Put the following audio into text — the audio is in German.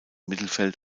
mittelfeld